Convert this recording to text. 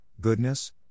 goodness